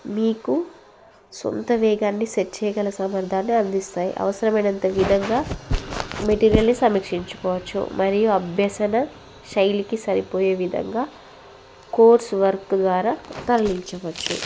మీకు సొంత వేగాన్ని సెట్ చేయగల సామర్థ్యాన్ని అందిస్తాయి అవసరమైనంత విధంగా మెటీరియల్ని సమీక్షించుకోవచ్చు మరియు అభ్యసన శైలికి సరిపోయే విధంగా కోర్స్ వర్క్ ద్వారా తరలించవచ్చు